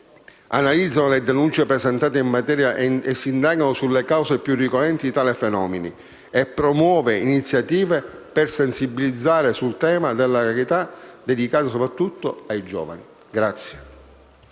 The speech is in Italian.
analizza le denunce presentate in materia, indaga sulle cause più ricorrenti di tali fenomeni e promuove iniziative di sensibilizzazione sul tema della legalità dedicate soprattutto ai giovani.